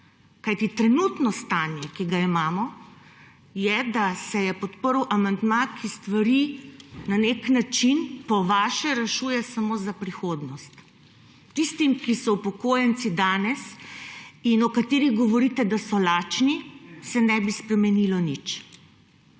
kajti trenutno stanje, ki ga imamo, je, da se je podprl amandma, ki stvari na nek način, po vaše, rešuje samo za prihodnost. Tistim, ki so upokojenci danes in o katerih govorite, da so lačni, se ne bi spremenilo nič.